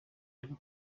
aho